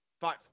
Five